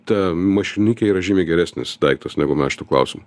ta mašinikė yra žymiai geresnis daiktas negu mes šitu klausimu